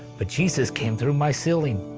but jesus came through my ceiling.